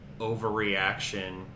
overreaction